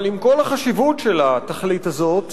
אבל עם כל החשיבות של התכלית הזאת,